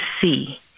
see